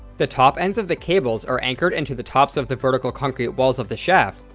the top ends of the cables are anchored into the tops of the vertical concrete walls of the shaft,